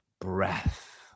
breath